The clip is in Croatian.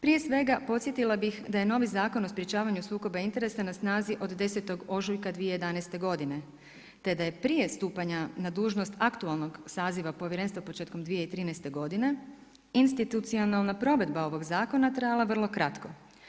Prije svega podsjetila bih da je novi Zakon o sprječavanju sukoba interesa na snazi od 10. ožujka 2011. godine, te da je prije stupanja na dužnost aktualnog saziva Povjerenstva početkom 2013. godine institucionalna provedba ovog Zakona trajala vrlo kratko.